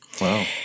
Wow